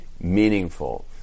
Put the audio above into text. meaningful